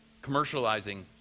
commercializing